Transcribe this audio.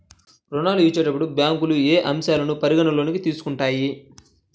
ఋణాలు ఇచ్చేటప్పుడు బ్యాంకులు ఏ అంశాలను పరిగణలోకి తీసుకుంటాయి?